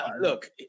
look